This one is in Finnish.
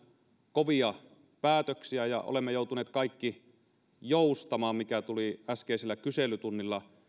kovia päätöksiä ja olemme joutuneet kaikki joustamaan mikä tuli äskeisellä kyselytunnilla